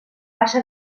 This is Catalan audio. passa